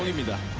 me me that!